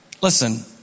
Listen